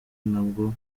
ntabwo